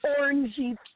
orangey